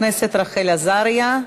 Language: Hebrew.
חברת הכנסת רחל עזריה,